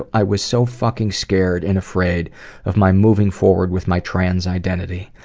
i was so fucking scared and afraid of my moving forward with my trans identity.